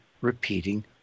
repeating